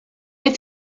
les